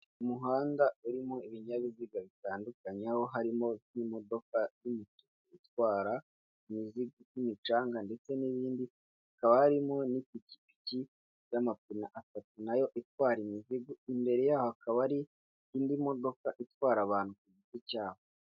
Umuhanda urimo ibinyabiziga bitandukanye, aho harimo n'imodoka y'umutuku itwara, iy'imicanga ndetse n'ibindi, hakaba harimo n'ipikipiki z'amapine atatu na yo itwara imizigo, imbere yaho hakaba ari indi modoka itwara abantu ku giti cyabo.